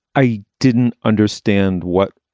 i didn't understand what.